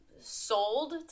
sold